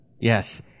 Yes